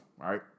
right